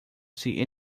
see